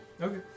Okay